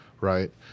right